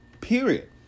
Period